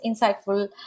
insightful